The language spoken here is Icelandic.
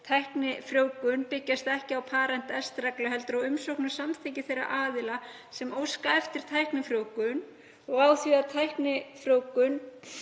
tæknifrjóvgun byggjast ekki á pater est-reglu heldur á umsókn og samþykki þeirra aðila sem óska eftir tæknifrjóvgun og á því að tæknifrjóvgun